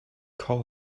call